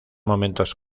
momentos